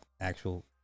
actual